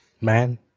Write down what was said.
man